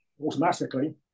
automatically